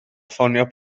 ffonio